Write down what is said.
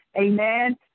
Amen